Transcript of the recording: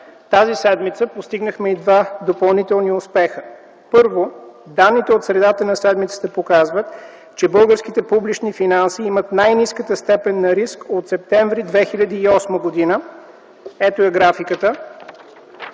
Тази седмица постигнахме и два допълнителни успеха. Първо, данните от средата на седмицата показват, че българските публични финанси имат най-ниската степен на риск от септември 2008 г. Ето я графиката